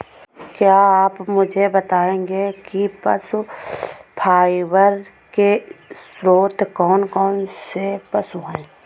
क्या आप मुझे बताएंगे कि पशु फाइबर के स्रोत कौन कौन से पशु हैं?